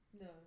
No